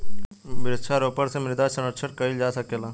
वृक्षारोपण से मृदा संरक्षण कईल जा सकेला